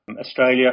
Australia